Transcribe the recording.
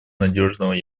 надежного